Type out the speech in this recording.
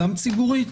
גם ציבורית,